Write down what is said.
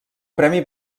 premi